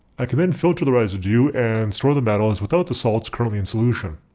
i can then filter the residue and store the metals without the salts currently in solution.